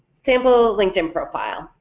sample linkedin profile,